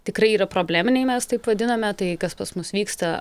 tikrai yra probleminiai mes taip vadiname tai kas pas mus vyksta